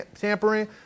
tampering